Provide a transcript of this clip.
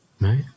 Right